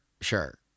sure